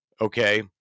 Okay